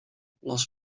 plas